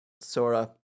Sora